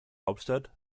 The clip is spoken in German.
hauptstadt